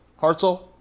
Hartzell